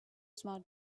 smart